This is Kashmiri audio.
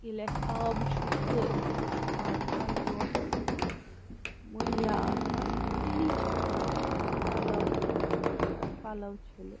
ییٚلہِ اسہِ آب چھُ سُہ چھُ آسان برٛونٛٹھ کٔنۍ مُہیا آسان تیٚلی چھِ ہیٚکان أسۍ پَلوٚو چھ پَلوٚو چھٔلِتھ